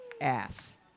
ass